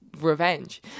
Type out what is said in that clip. revenge